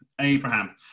Abraham